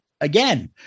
again